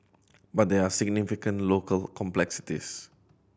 but there are significant local complexities